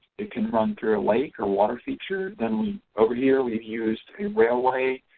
it can run through a lake or water feature then we over here we've used a railway